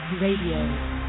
Radio